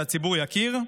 שהציבור יכיר.